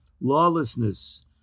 lawlessness